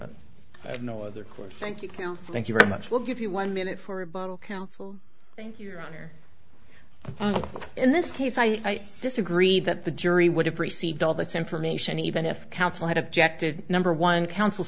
listen i have no other course thank you thank you very much will give you one minute for a bottle counsel thank you your honor in this case i disagree that the jury would have received all this information even if counsel had objected number one coun